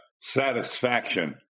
satisfaction